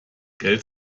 geld